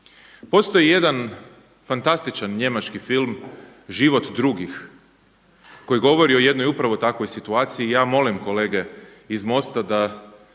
Postoji jedan fantastičan njemački film „Život drugih“ koji govori o jednoj upravo takvoj situaciji. I ja molim kolege iz MOST-a da